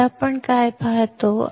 आता आपण काय पाहतो